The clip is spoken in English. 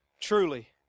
Truly